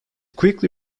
quickly